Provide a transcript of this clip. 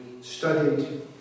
studied